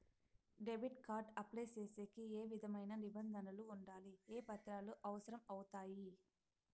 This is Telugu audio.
డెబిట్ కార్డు అప్లై సేసేకి ఏ విధమైన నిబంధనలు ఉండాయి? ఏ పత్రాలు అవసరం అవుతాయి?